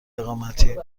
اقامتی